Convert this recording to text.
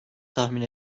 tahmin